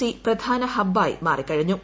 C പ്രധാന ഹബ്ബായി മാറിക്കഴിഞ്ഞു